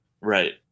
right